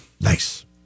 Nice